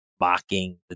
mocking